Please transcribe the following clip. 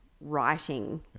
writing